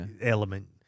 element